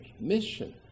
mission